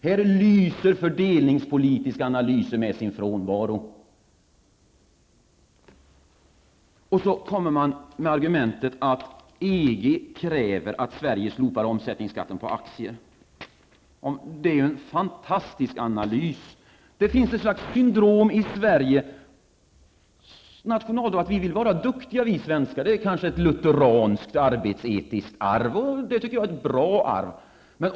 Här lyser fördelningspolitiska analyser med sin frånvaro. Regeringen kommer med argumentet att EG kräver att Sverige slopar omsättningsskatten på aktier. Det är ett fantastiskt argument. Det finns ett slags syndrom i Sverige, ett nationaldrag, som innebär att vi svenskar vill vara duktiga. Det kanske är ett lutheranskt, arbetsetiskt arv, och det är ett bra arv.